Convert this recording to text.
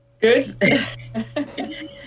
Good